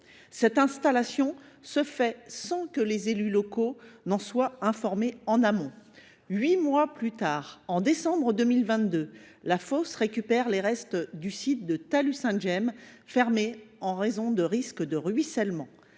Cette installation s’est faite sans que les élus locaux en soient informés en amont. Huit mois plus tard, en décembre 2022, la fosse a récupéré les restes du site de Tallud Sainte Gemme, fermé en raison de risques de ruissellement.